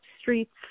streets